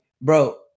bro